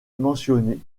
mentionné